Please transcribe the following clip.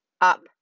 Up